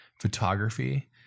photography